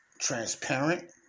transparent